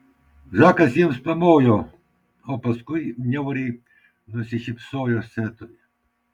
žakas jiems pamojo o paskui niauriai nusišypsojo setui